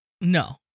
No